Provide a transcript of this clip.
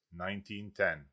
1910